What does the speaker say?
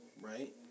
right